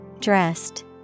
Dressed